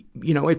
you know,